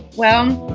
well,